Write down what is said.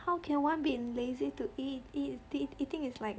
how can one be lazy to eat eat eat eating is like